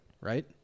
right